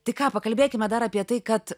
tai ką pakalbėkime dar apie tai kad